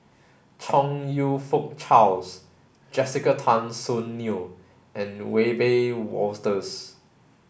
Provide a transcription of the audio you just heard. Chong You Fook Charles Jessica Tan Soon Neo and Wiebe Wolters